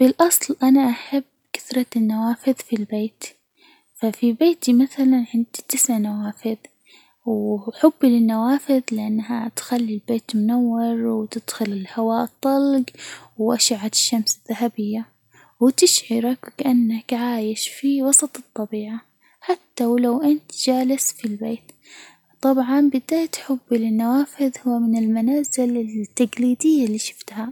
بالأصل أنا أحب كثرة النوافذ في البيت، ففي بيتي مثلًا عندي تسع نوافذ، وحبي للنوافذ لأنها تخلي البيت منور وتدخل الهوى الطلج وأشعة الشمس الذهبية، وتشعرك وكأنك عايش في وسط الطبيعة حتى ولو أنت جالس في البيت، طبعًا بالذات حبي للنوافذ هو من المنازل التجليدية اللي شفتها.